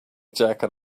jacket